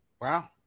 wow